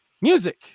music